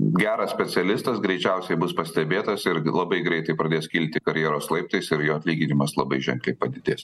geras specialistas greičiausiai bus pastebėtas ir labai greitai pradės kilti karjeros laiptais ir jo atlyginimas labai ženkliai padidės